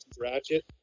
ratchet